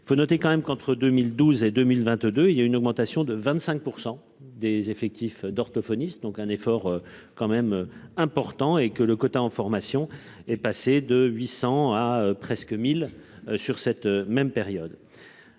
Il faut noter quand même qu'entre 2012 et 2022 il y a une augmentation de 25% des effectifs d'orthophonistes donc un effort quand même important et que le quota en formation est passé de 800 à presque 1000 sur cette même période.